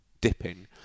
dipping